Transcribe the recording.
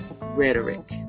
Rhetoric